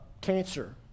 Cancer